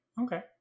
Okay